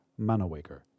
manowaker